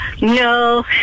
No